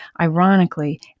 ironically